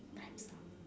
time's up